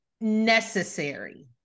necessary